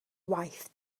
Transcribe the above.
waith